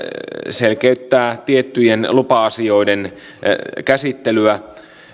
selkeyttää tiettyjen lupa asioiden käsittelyä